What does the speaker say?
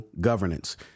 governance